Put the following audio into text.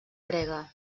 grega